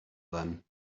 then